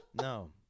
No